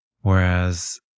Whereas